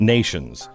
Nations